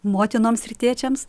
motinoms rytiečiams